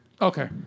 Okay